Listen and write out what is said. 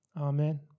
Amen